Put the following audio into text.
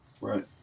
right